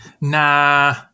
Nah